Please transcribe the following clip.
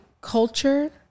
culture